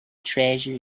treasure